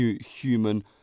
human